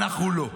אנחנו לא.